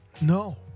No